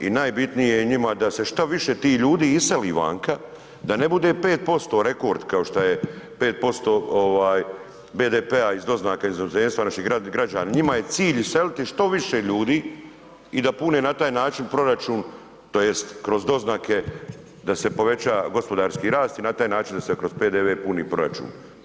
I najbitnije je njima da se što više tih ljudi iseli vanka, da ne bude 5% rekord kao što je 5% BDP-a iz doznaka iz inozemstva naših građana, njima je cilj iseliti što više ljudi i da pune na taj način proračun tj. kroz doznake da se poveća gospodarski rast i na taj način da se kroz PDV puni proračun.